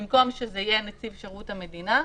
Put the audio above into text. במקום שזה יהיה נציב שירות המדינה,